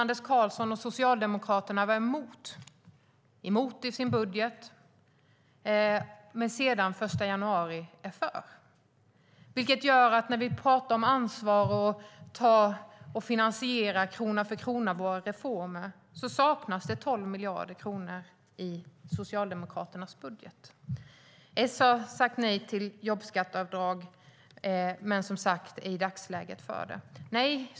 Anders Karlsson och Socialdemokraterna var emot det i sin budget, men sedan den 1 januari är de för det. Det betyder, apropå ansvar och att finansiera våra reformer krona för krona, att det saknas 12 miljarder kronor i Socialdemokraternas budget. Socialdemokraterna sade som sagt nej till jobbskatteavdraget men är i dagsläget för det.